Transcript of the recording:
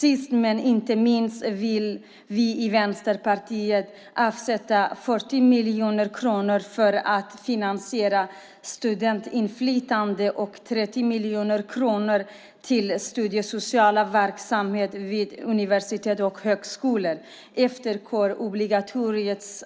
Sist men inte minst vill vi i Vänsterpartiet avsätta 40 miljoner kronor för att finansiera studentinflytande och 30 miljoner kronor till studiesocial verksamhet vid universitet och högskolor efter kårobligatoriets